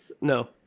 No